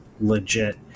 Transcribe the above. legit